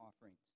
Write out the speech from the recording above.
offerings